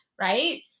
right